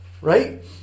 Right